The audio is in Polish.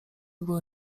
były